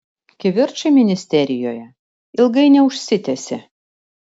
kivirčai ministerijoje ilgai neužsitęsė